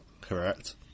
Correct